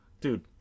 Dude